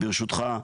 ברשותך,